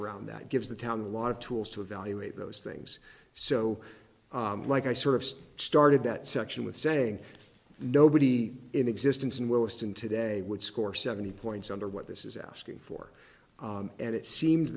around that gives the town a lot of tools to evaluate those things so like i sort of started that section with saying nobody in existence in williston today would score seventy points under what this is asking for and it seem